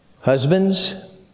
Husbands